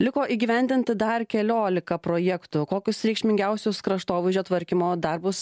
liko įgyvendinti dar keliolika projektų kokius reikšmingiausius kraštovaizdžio tvarkymo darbus